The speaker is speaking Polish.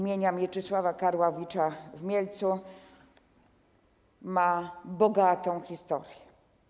Mieczysława Karłowicza w Mielcu ma bogatą historię.